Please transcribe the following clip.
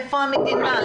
איפה המדינה?